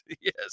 yes